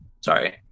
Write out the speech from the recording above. Sorry